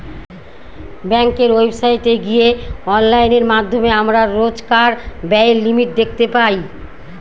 ব্যাঙ্কের ওয়েবসাইটে গিয়ে অনলাইনের মাধ্যমে আমরা রোজকার ব্যায়ের লিমিট দেখতে পাই